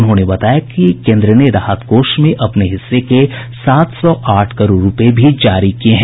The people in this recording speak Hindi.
उन्होंने बताया कि केंद्र ने राहत कोष में अपने हिस्से के सात सौ आठ करोड़ रुपये भी जारी किये हैं